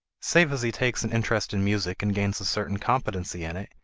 save as he takes an interest in music and gains a certain competency in it,